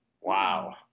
Wow